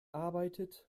arbeitet